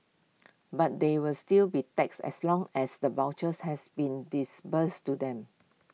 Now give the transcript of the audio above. but they will still be taxed as long as the vouchers has been disbursed to them